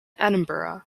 edinburgh